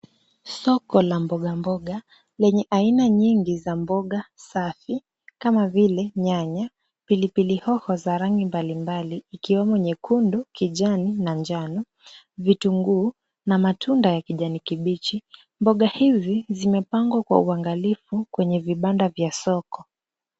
Soko la mboga mboga lenye aina nyingi za mboga safi kama vile; nyanya, pilipili hoho za rangi mbalimbali ikiwemo nyekundu, kijani na njano. Vitunguu na matunda ya kijani kibichi mboga hizi zimepangwa kwa uangalifu kwenye vibanda vya soko.